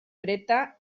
creta